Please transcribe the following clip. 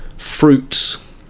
fruits